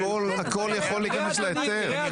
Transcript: הכל יכול להיכנס להיתר.